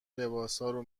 لباسارو